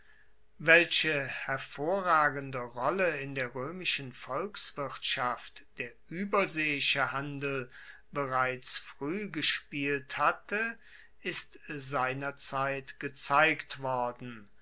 welche hervorragende rolle in der roemischen volkswirtschaft der ueberseeische handel bereits frueh gespielt hatte ist seinerzeit gezeigt worden